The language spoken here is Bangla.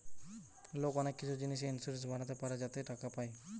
লোক অনেক কিছু জিনিসে ইন্সুরেন্স বানাতে পারে যাতে টাকা পায়